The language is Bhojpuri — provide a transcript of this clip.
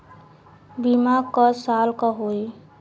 बीमा क साल क होई?